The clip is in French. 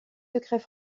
secrets